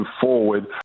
forward